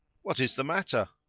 what is the matter?